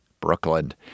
Brooklyn